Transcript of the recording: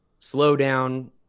slowdown